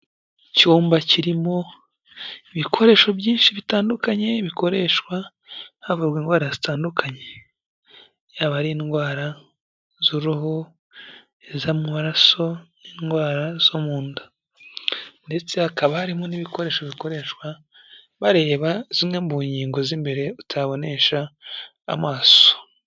Icyumba kirimo ibikoresho byinshi bitandukanye bikoreshwa havurwa indwara zitandukanye, yaba ari indwara z'uruhu, iz'amaraso n'indwara zo mu nda, ndetse hakaba harimo n'ibikoresho bikoreshwa bareba zimwe mu ngingo z'imbere utabonesha amaso.